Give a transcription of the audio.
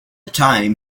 time